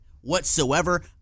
whatsoever